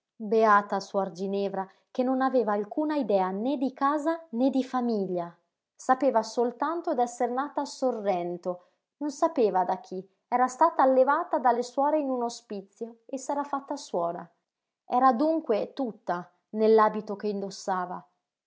beata suor ginevra che non aveva alcuna idea né di casa né di famiglia sapeva soltanto d'esser nata a sorrento non sapeva da chi era stata allevata dalle suore in un ospizio e s'era fatta suora era dunque tutta nell'abito che indossava